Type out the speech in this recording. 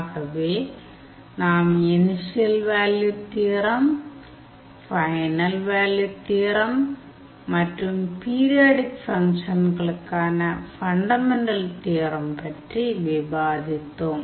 ஆகவே நாம் initial value theorem final value theorem மற்றும் பீரியாடிக் ஃபங்க்ஷன்களுக்கான ஃபண்டமென்டல் தியோரம் பற்றி விவாதித்தோம்